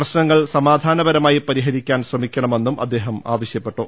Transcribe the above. പ്രശ്നങ്ങൾ സമാധാനപരമായി പരിഹരിക്കാൻ ശ്രമിക്ക ണമെന്നും അദ്ദേഹം ആവശ്യപ്പെട്ടു